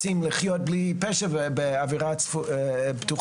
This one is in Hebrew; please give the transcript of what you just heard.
רוצים לחיות בלי פשע ובאווירה פתוחה.